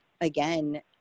again